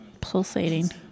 pulsating